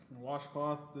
washcloth